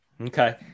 okay